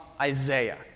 Isaiah